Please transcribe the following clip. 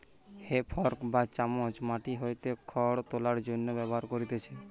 হে fork বা চামচ মাটি হইতে খড় তোলার জন্য ব্যবহার করতিছে